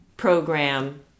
program